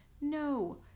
no